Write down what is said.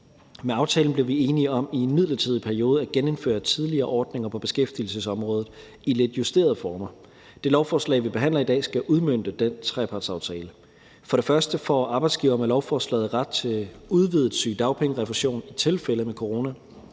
Med aftalen blev vi enige om i en midlertidig periode at gennemføre tidligere ordninger på beskæftigelsesområdet i lidt justerede former. Det lovforslag, vi behandler i dag, skal udmønte den trepartsaftale. For det første får arbejdsgiverne med lovforslaget udvidet sygedagpengerefusion i tilfælde med corona.